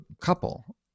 couple